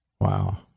wow